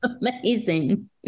amazing